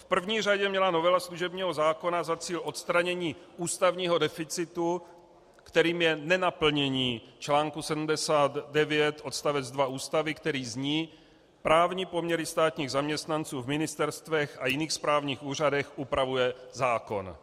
V první řadě měla novela služebního zákona za cíl odstranění ústavního deficitu, kterým je nenaplnění článku 79 odst. 2 Ústavy, který zní: Právní poměry státních zaměstnanců v ministerstvech a jiných správních úřadech upravuje zákon.